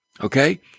okay